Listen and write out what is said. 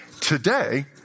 today